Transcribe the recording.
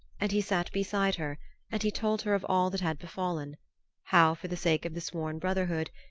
and he sat beside her and he told her of all that had befallen how, for the sake of the sworn brotherhood,